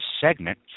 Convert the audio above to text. segment